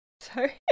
sorry